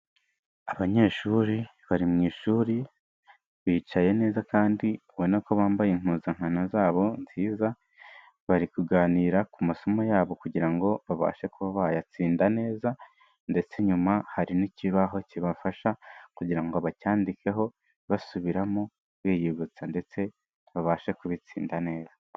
Abanyeshuri bari mu ishuri, bicaye neza kandi ubona ko bambaye impuzankano zabo nziza, bari kuganira ku masomo yabo kugira ngo babashe kuba bayatsinda neza ndetse inyuma hari n'ikibaho kibafasha kugira ngo bacyandikeho, basubiramo, biyibutsa ndetse babashe kubitsinda neza.